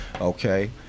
okay